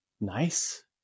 nice